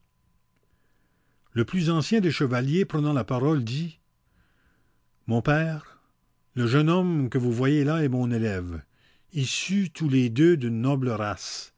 le plus ancien des chevaliers prenant la parole dit mon père le jeune homme que vous voyez là est mon élève issus tous les deux d'une noble race